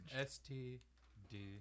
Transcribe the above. S-T-D-